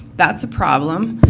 that's a problem.